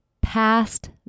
past